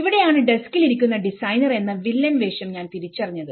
ഇവിടെയാണ് ഡസ്ക്കിൽ ഇരിക്കുന്ന ഡിസൈനർ എന്ന വില്ലൻ വേഷം ഞാൻ തിരിച്ചറിഞ്ഞത്